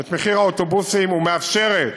את מחיר האוטובוסים והיום מאפשרת,